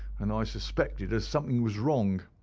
and i suspected as something was wrong.